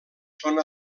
són